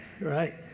right